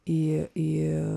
į į